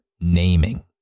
naming